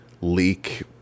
leak